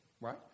right